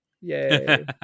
Yay